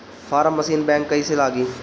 Form machine bank कईसे लागी?